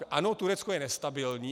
Ano, Turecko je nestabilní.